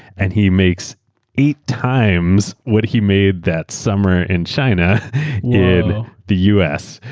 and he makes eight times what he made that summer in china yeah in the us.